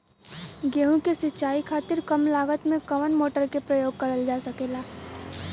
गेहूँ के सिचाई खातीर कम लागत मे कवन मोटर के प्रयोग करल जा सकेला?